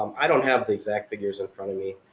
um i don't have the exact figures in front of me.